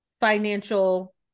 financial